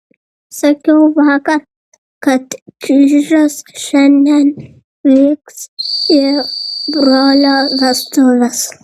sakiau vakar kad čyžius šiandien vyks į brolio vestuves